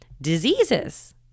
diseases